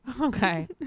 Okay